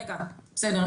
רגע, בסדר.